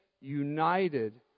United